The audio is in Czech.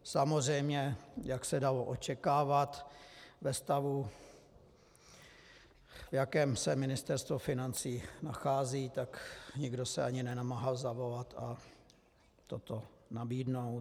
Samozřejmě jak se dalo očekávat ve stavu, v jakém se Ministerstvo financí nachází, tak nikdo se ani nenamáhal zavolat a toto nabídnout.